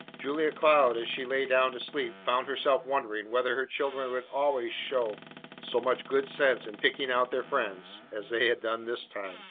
julia cloud as she lay down to sleep found herself wondering whether her children would always show so much good sense in picking out their friends as they had done this time.